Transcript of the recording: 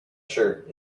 shirt